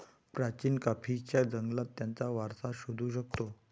प्राचीन कॉफीच्या जंगलात त्याचा वारसा शोधू शकतो